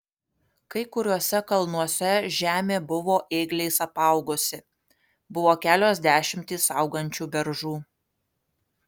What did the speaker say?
kai kuriuose kalnuose žemė buvo ėgliais apaugusi buvo kelios dešimtys augančių beržų